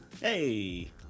Hey